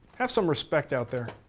have some respect out there.